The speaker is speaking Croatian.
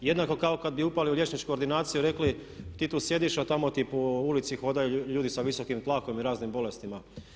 Jednako kao kad bi upali u liječničku ordinaciju i rekli ti tu sjediš, a tamo ti po ulici hodaju ljudi sa visokim tlakom i raznim bolestima.